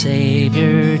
Savior